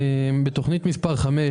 בתכנית מס' 5,